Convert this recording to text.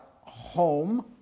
home